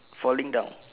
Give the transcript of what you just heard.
falling down